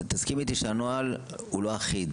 תסכים איתי שהנוהל הוא לא אחיד.